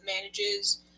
manages